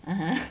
(uh huh)